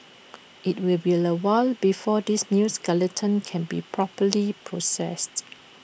IT will be A while before this new skeleton can be properly processed